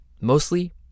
mostly